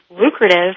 lucrative